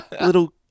little